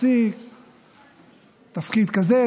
להפסיק תפקיד כזה,